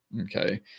okay